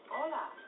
Hola